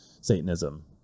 Satanism